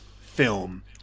film